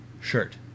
shirt